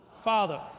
Father